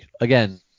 again